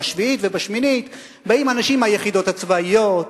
בשביעית ובשמינית באים אנשים מהיחידות הצבאיות,